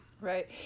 Right